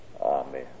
amen